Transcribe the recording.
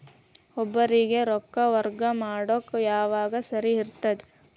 ಒಬ್ಬರಿಗ ರೊಕ್ಕ ವರ್ಗಾ ಮಾಡಾಕ್ ಯಾವಾಗ ಸರಿ ಇರ್ತದ್?